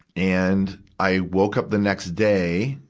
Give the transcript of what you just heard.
and, i woke up the next day,